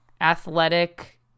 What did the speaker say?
athletic